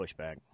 pushback